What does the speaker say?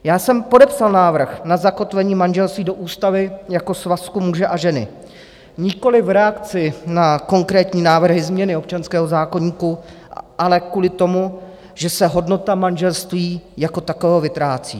Já jsem podepsal návrh na zakotvení manželství do ústavy jako svazku muže a ženy nikoliv v reakci na konkrétní návrhy změny občanského zákoníku, ale kvůli tomu, že se hodnota manželství jako takového vytrácí.